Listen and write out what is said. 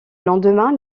lendemain